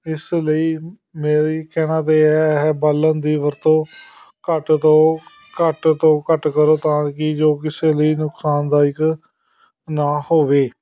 ਇਸ ਲਈ ਮੇਰੀ ਕਹਿਣਾ ਤਾਂ ਇਹ ਹੈ ਬਾਲਣ ਦੀ ਵਰਤੋਂ ਘੱਟ ਤੋਂ ਘੱਟ ਤੋਂ ਘੱਟ ਕਰੋ ਤਾਂ ਕਿ ਜੋ ਕਿਸੇ ਲਈ ਨੁਕਸਾਨਦਾਇਕ ਨਾ ਹੋਵੇ